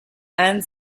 and